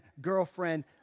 girlfriend